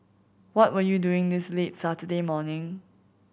what were you doing this late Saturday morning